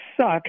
suck